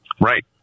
Right